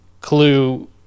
clue